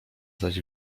zaś